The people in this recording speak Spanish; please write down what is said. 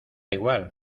igual